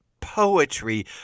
poetry